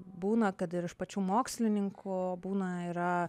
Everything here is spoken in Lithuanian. būna kad ir iš pačių mokslininkų būna yra